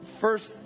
First